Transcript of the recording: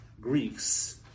Greeks